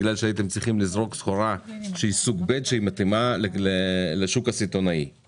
בגלל שהייתם צריכים לזרוק סחורה שהיא סוג ב' ומתאימה יותר לשוק המוסדי.